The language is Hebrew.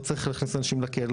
לא צריך להכניס אנשים לכלא,